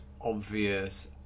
obvious